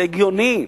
זה הגיוני?